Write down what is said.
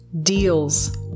deals